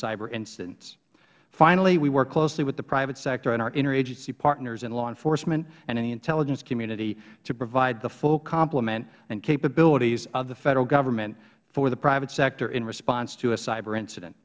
cyber incidents finally we work closely with the private sector and our interagency partners in law enforcement and in the intelligence community to provide the full complement and capabilities of the federal government for the private sector in response to a cyber incident